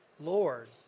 Lord